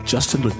Justin